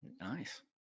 Nice